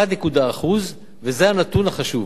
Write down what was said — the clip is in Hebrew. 1.1%, וזה הנתון החשוב.